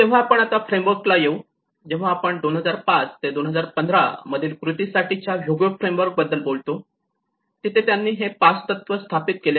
तेव्हा आपण आता फ्रेमवर्क ला येऊ जेव्हा आपण 2005 ते 2015 मधील कृतीसाठीच्या ह्योगो फ्रेमवर्क बद्दल बोलतो तिथे त्यांनी हे 5 तत्व स्थापित केले आहे